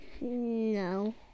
No